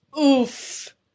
oof